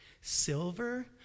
silver